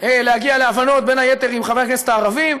להגיע להבנות, בין היתר עם חברי הכנסת הערבים,